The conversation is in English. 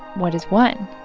what is one?